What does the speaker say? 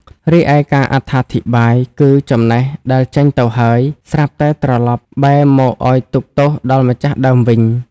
រីឯការអត្ថាធិប្បាយគឺ ចំណេះដែលចេញទៅហើយ ស្រាប់តែត្រលប់បែរមកឲ្យទុក្ខទោសដល់ម្ចាស់ដើមវិញ ។